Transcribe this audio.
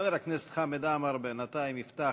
חבר הכנסת חמד עמאר בינתיים יפתח